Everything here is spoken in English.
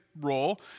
role